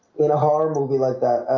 in a horror movie like that.